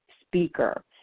speaker